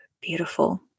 beautiful